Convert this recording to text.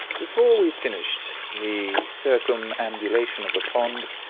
before we finished the circumambulation of the pond,